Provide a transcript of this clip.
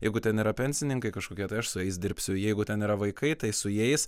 jeigu ten yra pensininkai kažkokie tai aš su jais dirbsiu jeigu ten yra vaikai tai su jais